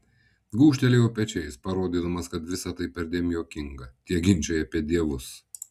gūžtelėjau pečiais parodydamas kad visa tai perdėm juokinga tie ginčai apie dievus